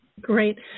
Great